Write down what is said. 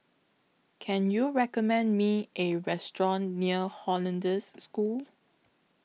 Can YOU recommend Me A Restaurant near Hollandse School